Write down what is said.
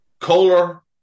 Kohler